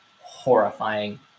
horrifying